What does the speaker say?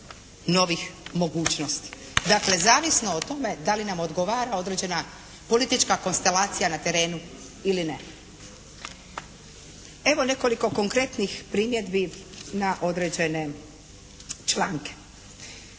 novih mogućnosti. Dakle, zavisno o tome da li nam odgovara određena politička konstalacija na terenu ili ne. Evo nekoliko konkretnih primjedbi na određene članke.